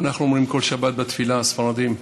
אנחנו אומרים כל שבת בתפילה, הספרדים,